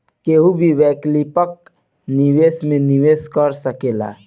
केहू भी वैकल्पिक निवेश में निवेश कर सकेला